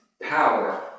power